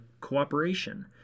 cooperation